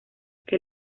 que